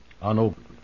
Unopened